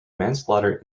manslaughter